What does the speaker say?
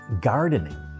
gardening